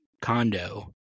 condo